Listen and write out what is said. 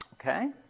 Okay